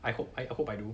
I hope I hope I do